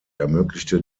ermöglichte